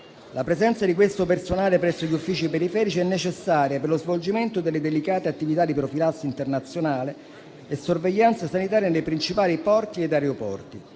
La presenza di questo personale presso gli uffici periferici è necessaria per lo svolgimento delle delicate attività di profilassi internazionale e sorveglianza sanitaria nei principali porti ed aeroporti,